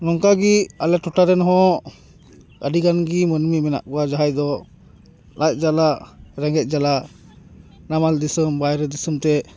ᱱᱚᱝᱠᱟᱜᱮ ᱟᱞᱮ ᱴᱚᱴᱷᱟᱨᱮᱦᱚᱸ ᱟᱹᱰᱤᱜᱟᱱ ᱜᱮ ᱢᱟᱹᱱᱢᱤ ᱢᱮᱱᱟᱜ ᱠᱚᱣᱟ ᱡᱟᱦᱟᱸᱭ ᱫᱚ ᱞᱟᱡ ᱡᱟᱞᱟ ᱨᱮᱸᱜᱮᱡ ᱡᱟᱞᱟ ᱱᱟᱢᱟᱞ ᱫᱤᱥᱚᱢ ᱵᱟᱭᱨᱮ ᱫᱤᱥᱚᱢ ᱛᱮ